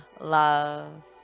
love